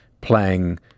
playing